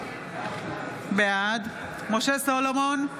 בעד משה סולומון,